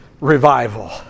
revival